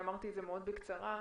ציינתי את זה ממש בקצרה,